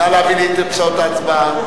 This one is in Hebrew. נא להביא לי את תוצאות ההצבעה.